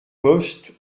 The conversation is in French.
poste